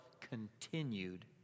continued